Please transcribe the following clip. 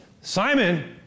Simon